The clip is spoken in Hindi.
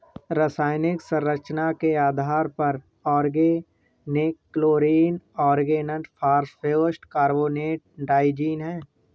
रासायनिक संरचना के आधार पर ऑर्गेनोक्लोरीन ऑर्गेनोफॉस्फेट कार्बोनेट ट्राइजीन है